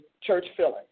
church-filling